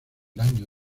año